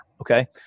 Okay